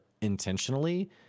intentionally